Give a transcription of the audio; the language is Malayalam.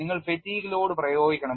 നിങ്ങൾ fatigue ലോഡ് പ്രയോഗിക്കണം